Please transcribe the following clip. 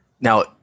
Now